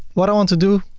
what i want to do?